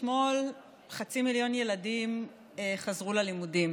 אתמול חצי מיליון ילדים חזרו ללימודים,